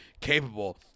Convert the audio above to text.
capable